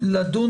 לדון